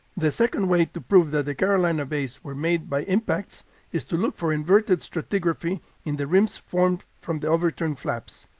the second way to prove that the carolina bays were made by impacts is to look for inverted stratigraphy in the rims formed from the overturned flaps.